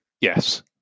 Yes